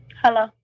hello